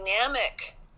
dynamic